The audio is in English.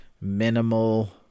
minimal